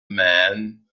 man